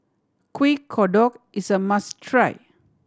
Kuih Kodok is a must try